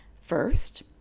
first